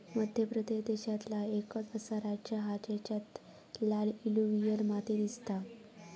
मध्य प्रदेश देशांतला एकंच असा राज्य हा जेच्यात लाल एलुवियल माती दिसता